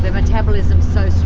metabolism's so